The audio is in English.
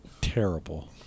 terrible